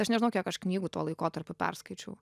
tai aš nežinau kiek aš knygų tuo laikotarpiu perskaičiau